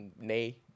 Nay